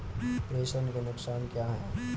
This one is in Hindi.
प्रेषण के नुकसान क्या हैं?